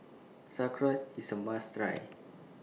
Sauerkraut IS A must Try